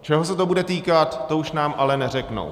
Čeho se to bude týkat, to už nám ale neřeknou.